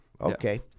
Okay